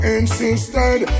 insisted